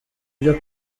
byo